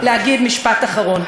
אני מבקשת להגיד משפט אחרון.